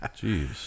Jeez